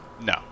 No